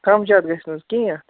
کَم زیادٕ گژھِ نہٕ حظ کینٛہہ اَتھ